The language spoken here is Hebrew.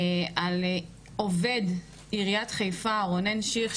על עובד עיריית חיפה, רונן שיך.